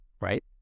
right